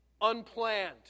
Unplanned